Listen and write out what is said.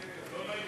אדוני.